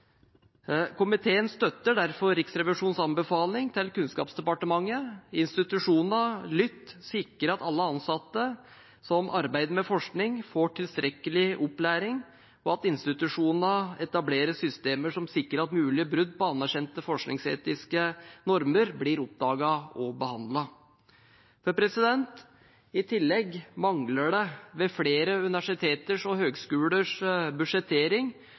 Komiteen støtter derfor Riksrevisjonens anbefaling til Kunnskapsdepartementet: Institusjonene må sikre at alle ansatte som arbeider med forskning, får tilstrekkelig opplæring, og at institusjonene etablerer systemer som sikrer at mulige brudd på anerkjente forskningsetiske normer blir oppdaget og behandlet. I tillegg foreligger det mangler ved flere universiteters og høyskolers budsjettering